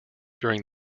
during